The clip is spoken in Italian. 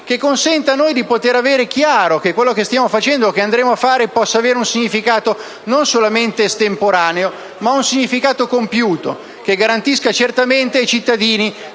che consenta a noi di aver chiaro che quello che stiamo facendo o andremo a fare possa avere un significato non solo estemporaneo, ma anche compiuto, che garantisca ai cittadini